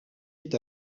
est